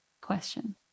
question